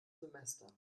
semester